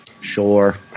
Sure